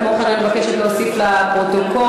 כמו כן אני מבקשת להוסיף לפרוטוקול,